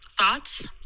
Thoughts